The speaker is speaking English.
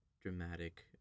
dramatic